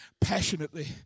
Passionately